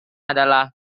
adalah